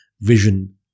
vision